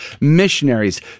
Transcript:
missionaries